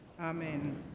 amen